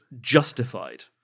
justified